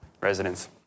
residents